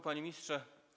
Panie Ministrze!